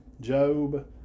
Job